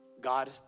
God